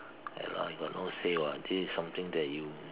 ya lah he got no say [what] this is something that you